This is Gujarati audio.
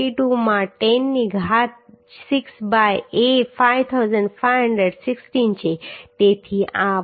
22 માં 10 ની ઘાત 6 બાય A 5516 છે તેથી આ 127